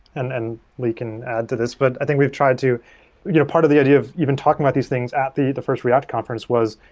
and and lee can add to this, but i think we've tried to you know part of the idea of even talking about these things at the the first react conference was,